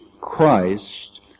Christ